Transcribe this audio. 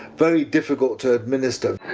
very difficult to administer.